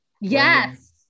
Yes